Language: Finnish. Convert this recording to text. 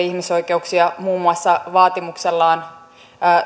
ihmisoikeuksia muun muassa vaatimuksellaan